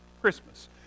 Christmas